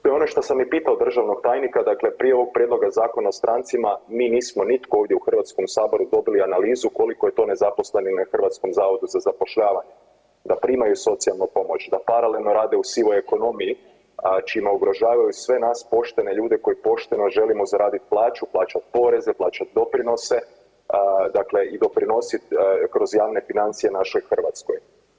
To je ono što sam i pitao državnog tajnika, dakle prije ovog prijedloga Zakona o strancima mi nismo nitko ovdje u Hrvatskom saboru dobili analizu koliko je to nezaposlenih na HZZ-u, da primaju socijalnu pomoć, da paralelno rade u sivoj ekonomiji čime ugrožavaju sve nas poštene ljude koji pošteno želimo zaraditi plaću, plaćati poreze, plaćati doprinose, dakle i doprinositi kroz javne financije našoj Hrvatskoj.